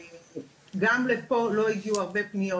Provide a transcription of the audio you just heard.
גם לפה לא הגיעו הרבה פניות.